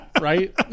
right